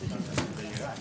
בשעה